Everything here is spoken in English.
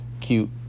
Cute